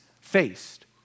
faced